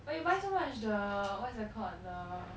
but you buy so much the what's that called the